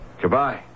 Goodbye